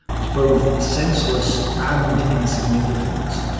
was both senseless and insignificant.